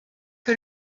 que